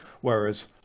Whereas